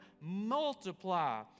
multiply